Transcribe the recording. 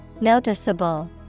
Noticeable